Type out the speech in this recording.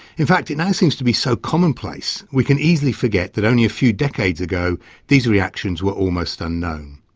in fact it now seems to be so commonplace we can easily forget that only a few decades ago these reactions were almost unknown.